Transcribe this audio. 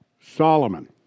Solomon